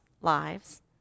lives